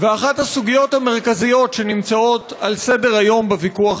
ואחת הסוגיות המרכזיות שנמצאות על סדר-היום בוויכוח